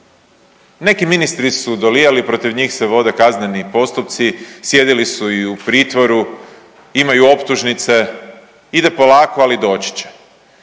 Neki ministri su dolijali, protiv njih se vode kazneni postupci, sjedili su i u pritvoru, imaju optužnice, ide polako ali doći će.